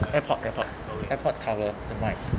AirPod AirPod AirPod cover 等 mic